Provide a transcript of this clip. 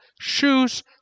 shoes